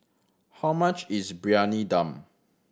how much is Briyani Dum